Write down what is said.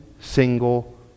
single